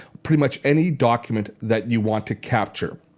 pretty much any document that you want to capture.